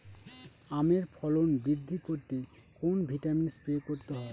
আমের ফলন বৃদ্ধি করতে কোন ভিটামিন স্প্রে করতে হয়?